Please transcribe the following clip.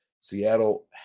Seattle